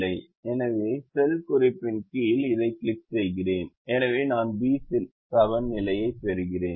எனவே செல் குறிப்பின் கீழ் இதைக் கிளிக் செய்கிறேன் எனவே நான் B7 நிலையைப் பெறுகிறேன்